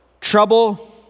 Trouble